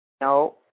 No